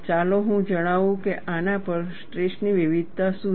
ચાલો હું જણાવું કે આના પર સ્ટ્રેસ ની વિવિધતા શું છે